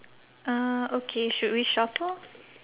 uh okay should we shuffle